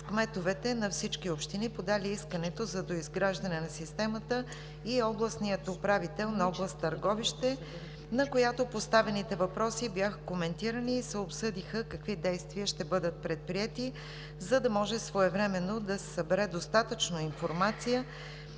кметовете на всички общини, подали искането за доизграждане на системата, и областния управител на област Търговище, на която поставените въпроси бяха коментирани и се обсъдиха какви действия ще бъдат предприети, за да може своевременно да се събере достатъчно информация